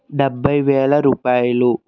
డెబ్భై వేల రూపాయలు